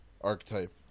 archetype